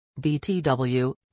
BTW